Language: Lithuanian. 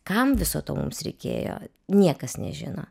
kam viso to mums reikėjo niekas nežino